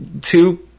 two